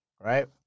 right